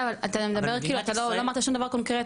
כן אבל אתה מדבר כאילו אתה לא אמרת שום דבר קונקרטי,